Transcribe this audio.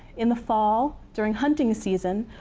in the fall, during hunting season.